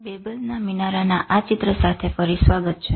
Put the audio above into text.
બેબલના મિનારાના આ ચિત્ર સાથે ફરી સ્વાગત છે